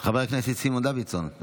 חבר הכנסת סימון דוידסון.